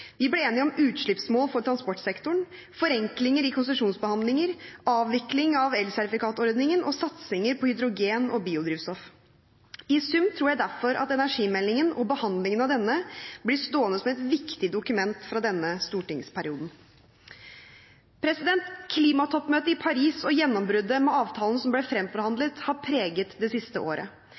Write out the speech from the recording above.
Vi ble enige om utslippsmål for transportsektoren, forenklinger i konsesjonsbehandlingen, avvikling av elsertifikatordningen og satsinger på hydrogen og biodrivstoff. I sum tror jeg derfor at energimeldingen og behandlingen av denne blir stående som et viktig dokument fra denne stortingsperioden. Klimatoppmøtet i Paris og gjennombruddet med avtalen som ble fremforhandlet, har preget det siste året.